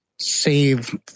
save